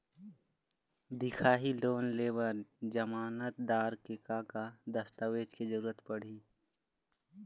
दिखाही लोन ले बर जमानतदार के का का दस्तावेज के जरूरत पड़ही?